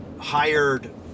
hired